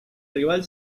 rival